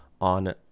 On